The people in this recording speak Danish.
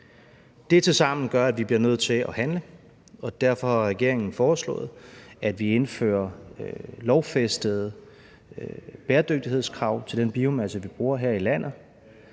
Det tilsammen gør, at vi bliver nødt til at handle, og derfor har regeringen foreslået, at vi indfører lovfæstede bæredygtighedskrav til den biomasse, vi bruger her i landet.